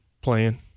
playing